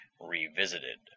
revisited